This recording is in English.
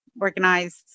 organized